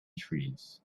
trees